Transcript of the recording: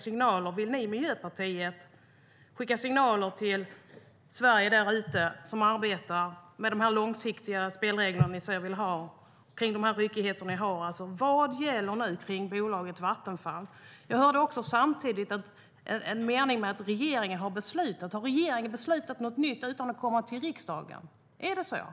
Vill ni i Miljöpartiet skicka signaler till dem som arbetar om de långsiktiga spelregler som ni säger att ni vill ha? Vad gäller nu för bolaget Vattenfall?